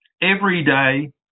everyday